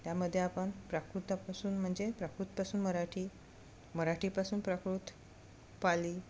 त्यामध्ये आपण प्राकृतापासून म्हणजे प्राकृतपासून मराठी मराठीपासून प्राकृत पाली